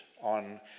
on